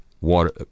water